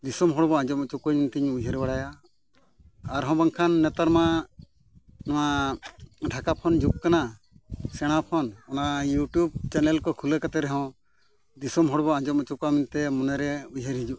ᱫᱤᱥᱚᱢ ᱦᱚᱲ ᱢᱟ ᱟᱸᱡᱚᱢ ᱦᱚᱪᱚ ᱠᱚᱣᱟᱹᱧ ᱚᱱᱠᱟᱧ ᱩᱭᱦᱟᱹᱨ ᱵᱟᱲᱟᱭᱟ ᱟᱨᱦᱚᱸ ᱵᱟᱝᱠᱷᱟᱱ ᱱᱮᱛᱟᱨ ᱢᱟ ᱱᱚᱣᱟ ᱰᱷᱟᱠᱟ ᱡᱩᱜᱽ ᱠᱟᱱᱟ ᱥᱮᱬᱟ ᱚᱱᱟ ᱠᱚ ᱠᱷᱩᱞᱟᱹᱣ ᱠᱟᱛᱮᱫ ᱨᱮᱦᱚᱸ ᱫᱤᱥᱚᱢ ᱦᱚᱲᱵᱚ ᱟᱸᱡᱚᱢ ᱦᱚᱪᱚ ᱠᱚᱣᱟ ᱢᱮᱱᱛᱮᱫ ᱢᱚᱱᱮᱨᱮ ᱩᱭᱦᱟᱹᱨ ᱦᱤᱡᱩᱜᱼᱟ